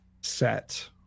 set